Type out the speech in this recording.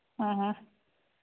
ആ ഹാ